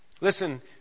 Listen